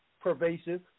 Pervasive